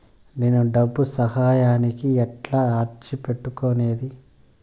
నేను డబ్బు సహాయానికి ఎట్లా అర్జీ పెట్టుకునేది?